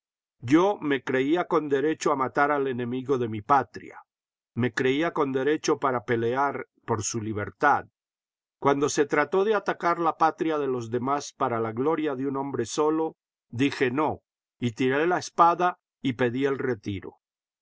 yo me creía con derecho a matar al enemigo de mi patria me creía con derecho para pelear por su libertad cuando se trató de atacar la patria de los demás para la gloria de un hombre solo dije no y tiré la espada y pedí el retiro